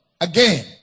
Again